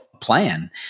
plan